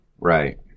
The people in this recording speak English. right